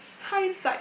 hide side